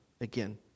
again